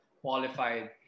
qualified